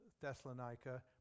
Thessalonica